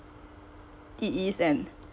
it is and